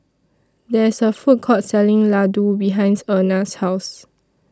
There IS A Food Court Selling Ladoo behinds Erna's House